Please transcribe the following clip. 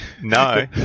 No